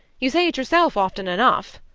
you say it yourself often enough.